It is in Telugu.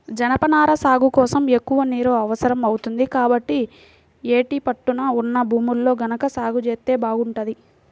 జనపనార సాగు కోసం ఎక్కువ నీరు అవసరం అవుతుంది, కాబట్టి యేటి పట్టున ఉన్న భూముల్లో గనక సాగు జేత్తే బాగుంటది